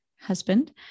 husband